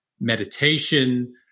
meditation